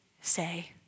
say